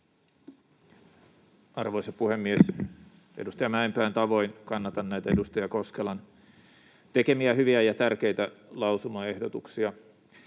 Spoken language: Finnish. Arvoisa puhemies! Edustaja Mäenpään tavoin kannatan näitä edustaja Koskelan tekemiä hyviä ja tärkeitä lausumaehdotuksia.